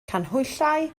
canhwyllau